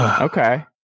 Okay